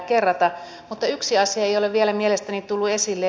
mutta yksi asia ei ole vielä mielestäni tullut esille